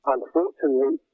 Unfortunately